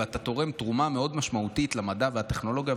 ואתה תורם תרומה מאוד משמעותית למדע והטכנולוגיה,